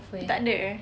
takde